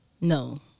No